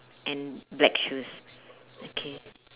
and black shoes okay